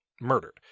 murdered